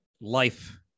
life